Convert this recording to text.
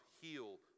heal